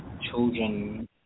children